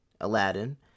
Aladdin